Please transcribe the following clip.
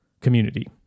community